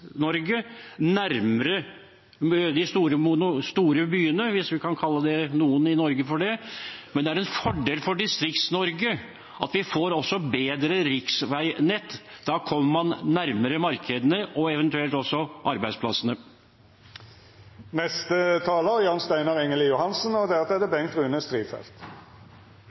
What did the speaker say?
nærmere de store byene, hvis vi kan kalle noen av byene i Norge store. Det er en fordel for Distrikts-Norge at vi også får bedre riksveinett, for da kommer man nærmere markedene og eventuelt også arbeidsplassene. Ingenting sørger for arbeidsplasser i distriktene som god infrastruktur. Gode, trygge og effektive veier er navet, selve hovedpremisset for å kunne sikre at